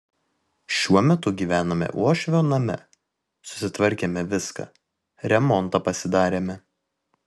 šiuo metu gyvename uošvio name susitvarkėme viską remontą pasidarėme